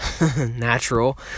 natural